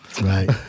Right